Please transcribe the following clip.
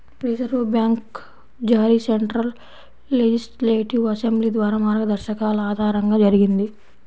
reserve bank జారీ central legislative assembly ద్వారా మార్గదర్శకాల ఆధారంగా జరిగింది